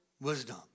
wisdom